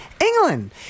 England